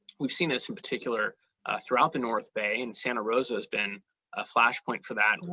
we've seen this in particular throughout the north bay and santa rosa has been a flash point for that.